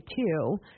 two